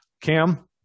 Cam